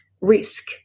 risk